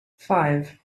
five